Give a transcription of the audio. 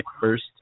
first